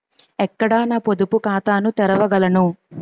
ఎక్కడ నా పొదుపు ఖాతాను తెరవగలను?